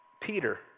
Peter